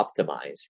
optimized